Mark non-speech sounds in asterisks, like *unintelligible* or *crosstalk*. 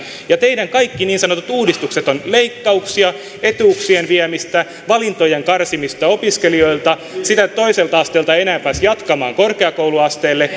teidän kaikki niin sanotut uudistuksenne ovat leikkauksia etuuksien viemistä valintojen karsimista opiskelijoilta sitä että toiselta asteelta ei enää pääse jatkamaan korkeakouluasteelle *unintelligible*